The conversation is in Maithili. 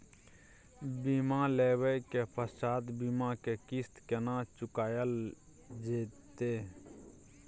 बीमा लेबा के पश्चात बीमा के किस्त केना चुकायल जेतै?